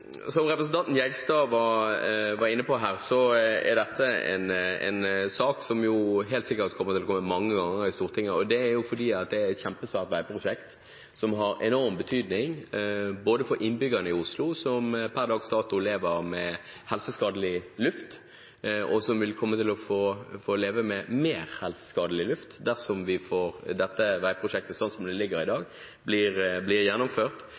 dette en sak som helt sikkert vil komme til Stortinget mange ganger. Det er fordi det er et kjempesvært veiprosjekt som har enorm betydning for innbyggerne i Oslo, som per dags dato lever med helseskadelig luft, og som vil få leve med mer helseskadelig luft dersom dette veiprosjektet blir gjennomført, slik det foreligger i dag.